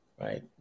Right